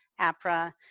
APRA